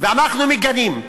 ואנחנו מגנים.